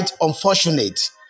unfortunate